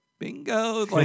Bingo